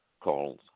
calls